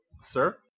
Sir